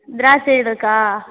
திராட்சை இருக்கா